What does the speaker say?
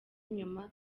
nyuma